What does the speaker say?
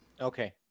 okay